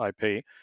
IP